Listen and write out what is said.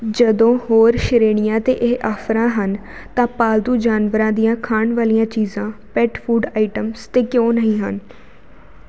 ਜਦੋਂ ਹੋਰ ਸ਼੍ਰੇਣੀਆਂ 'ਤੇ ਇਹ ਆਫ਼ਰਾਂ ਹਨ ਤਾਂ ਪਾਲਤੂ ਜਾਨਵਰਾਂ ਦੀਆਂ ਖਾਣ ਵਾਲੀਆਂ ਚੀਜ਼ਾਂ ਪੈਟ ਫੂਡ ਆਈਟਮਸ 'ਤੇ ਕਿਉਂ ਨਹੀਂ ਹਨ